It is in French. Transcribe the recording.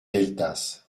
gueltas